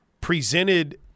presented